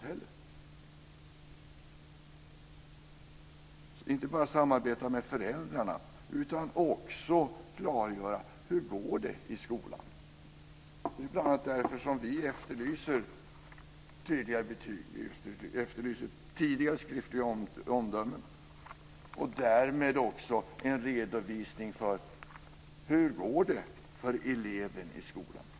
Men det gäller inte att bara samarbeta med föräldrarna utan också att klargöra hur det går för eleven i skolan. Det är bl.a. därför som vi efterlyser tidiga skriftliga omdömen och därmed också en redovisning av hur det går för eleven i skolan.